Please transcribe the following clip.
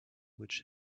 which